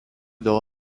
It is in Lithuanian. dėl